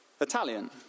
italian